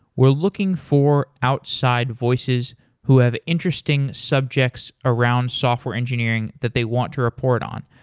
we're looking for outside voices who have interesting subjects around software engineering that they want to report on.